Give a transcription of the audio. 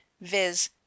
viz